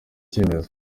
icyemezo